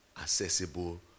accessible